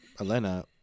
Elena